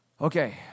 okay